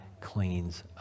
cleans